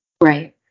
right